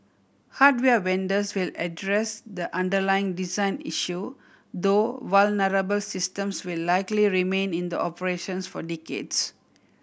hardware vendors will address the underlying design issue though vulnerable systems will likely remain in the operations for decades